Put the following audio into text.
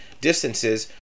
distances